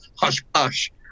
hush-hush